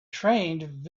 trained